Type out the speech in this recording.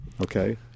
Okay